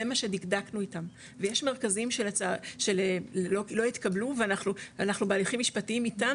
זה מה שדקדקנו איתם ויש מרכזים שלא התקבלו ואנחנו בהליכים משפטיים איתם,